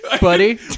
buddy